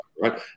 right